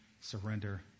surrender